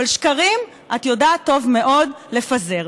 אבל שקרים את יודעת טוב מאוד לפזר.